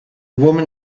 woman